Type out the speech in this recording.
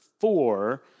four